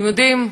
אתם יודעים,